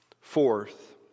Fourth